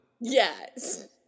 Yes